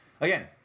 again